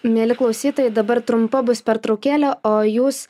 mieli klausytojai dabar trumpa bus pertraukėlė o jūs